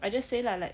I just say lah like